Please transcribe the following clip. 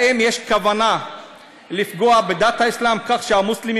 האם יש כוונה לפגוע בדת האסלאם כך שהמוסלמים